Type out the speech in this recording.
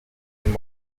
and